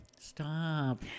Stop